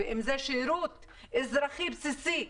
ואם זה שירות אזרחי בסיסי,